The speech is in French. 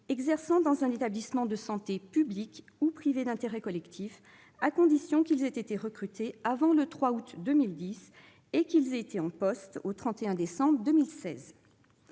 exerçant dans un établissement de santé public ou privé d'intérêt collectif, à condition qu'ils aient été recrutés avant le 3 août 2010 et qu'ils aient été en poste au 31 décembre 2016.